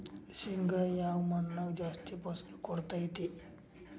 ಶೇಂಗಾ ಯಾವ ಮಣ್ಣಾಗ ಜಾಸ್ತಿ ಫಸಲು ಕೊಡುತೈತಿ?